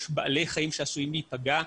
יש בעלי חיים שעשויים להיפגע,